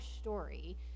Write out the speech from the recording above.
story